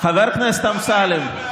חבר הכנסת אמסלם.